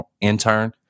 intern